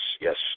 yes